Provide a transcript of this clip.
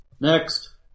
Next